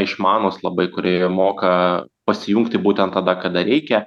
išmanūs labai kurie ir moka pasijungti būtent tada kada reikia